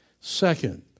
Second